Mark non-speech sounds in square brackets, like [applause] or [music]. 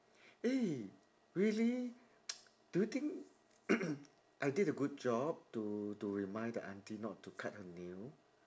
eh really [noise] do you think [coughs] I did a good job to to remind the aunty not to cut her nail